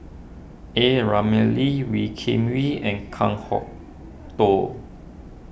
A Ramli Wee Kim Wee and Kan Kwok Toh